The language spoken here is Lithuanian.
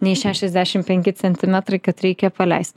nei šešiasdešim penki centimetrai kad reikia paleist